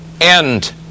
end